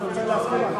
אני רוצה להזכיר לך,